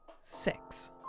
Six